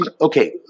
okay